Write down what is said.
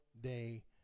day